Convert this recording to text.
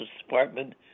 Department